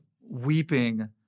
weeping